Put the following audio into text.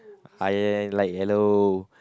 I like yellow